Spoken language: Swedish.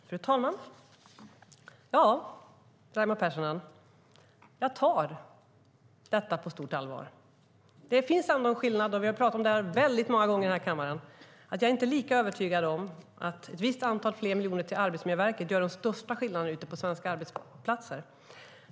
Fru talman! Ja, Raimo Pärssinen, jag tar detta på stort allvar. Det finns ändå en skillnad mellan mig och Raimo Pärssinen, och vi har talat om detta väldigt många gånger här i kammaren. Jag är inte lika övertygad om att ett visst antal miljoner mer till Arbetsmiljöverket gör de största skillnaderna ute på svenska arbetsplatser.